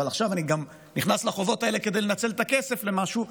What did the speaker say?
אבל עכשיו אני נכנס לחובות האלה כדי לנצל את הכסף למשהו.